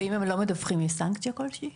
ואם הם לא מדווחים יש סנקציה כל שהיא?